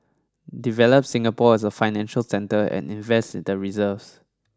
develop Singapore as a financial centre and invest the reserves